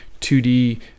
2D